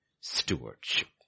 stewardship